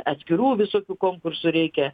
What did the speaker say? atskirų visokių konkursų reikia